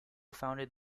founded